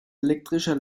elektrischer